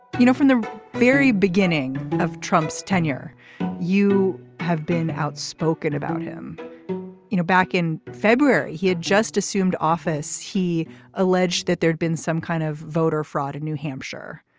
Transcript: you know from the very beginning of trump's tenure you have been outspoken about him you know back in february he had just assumed office he alleged that there'd been some kind of voter fraud in new hampshire.